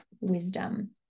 wisdom